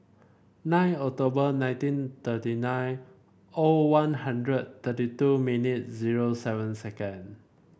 nine October nineteen thirty nine O One Hundred thirty two minute zero seven second